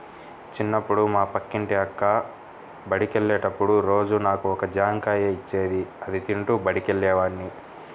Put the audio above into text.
చిన్నప్పుడు మా పక్కింటి అక్క బడికెళ్ళేటప్పుడు రోజూ నాకు ఒక జాంకాయ ఇచ్చేది, అది తింటూ బడికెళ్ళేవాడ్ని